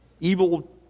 evil